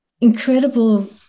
incredible